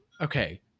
Okay